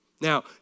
Now